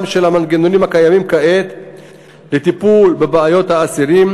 של המנגנונים הקיימים כעת לטיפול בבעיות האסירים,